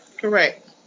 Correct